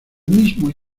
mismo